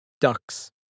Ducks